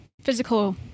physical